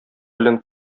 белән